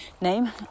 name